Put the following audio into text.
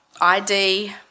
ID